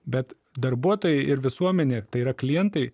bet darbuotojai ir visuomenė tai yra klientai